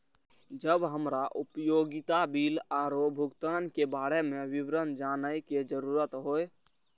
जब हमरा उपयोगिता बिल आरो भुगतान के बारे में विवरण जानय के जरुरत होय?